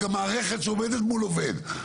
גם מערכת שעומדת מול עובד.